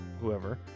whoever